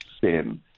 sin